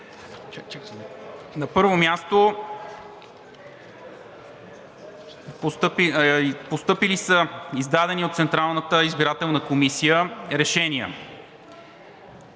На първо място, постъпили са издадени от Централната избирателна комисия решения: